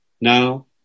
now